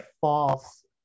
false